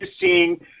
seeing –